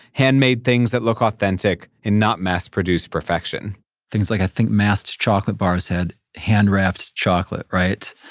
handmade things that looked authentic, and not mass produced perfection things like i think mast chocolate bars head hand wrapped chocolate, right?